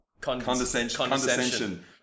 condescension